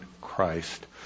Christ